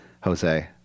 Jose